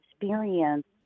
experience